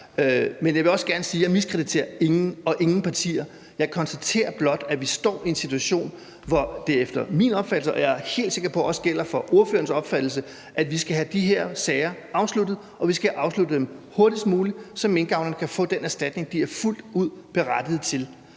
Men jeg vil også gerne sige: Jeg miskrediterer ingen og ingen partier. Jeg konstaterer blot, at vi står i en situation, hvor vi efter min opfattelse – og jeg er helt sikker på, at det også gælder for ordførerens opfattelse – skal have de her sager afsluttet, og vi skal have afsluttet dem hurtigst muligt, så minkavlerne kan få den erstatning, de er fuldt ud berettiget til.